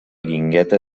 guingueta